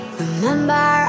remember